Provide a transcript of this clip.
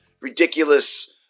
ridiculous